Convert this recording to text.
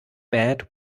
bad